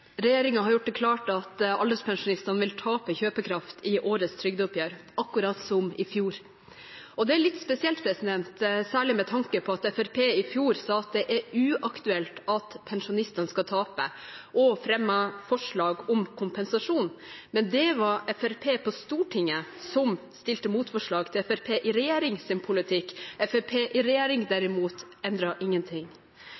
har gjort det klart at alderspensjonistene vil tape kjøpekraft i årets trygdeoppgjør, akkurat som i fjor. Det er litt spesielt, særlig med tanke på at Fremskrittspartiet i fjor sa at det er uaktuelt at pensjonistene skal tape, og fremmet forslag om kompensasjon. Men det var Fremskrittspartiet på Stortinget som stilte motforslag til Fremskrittspartiet i regjering sin politikk. Fremskrittspartiet i regjering,